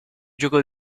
gioco